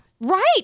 Right